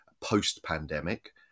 post-pandemic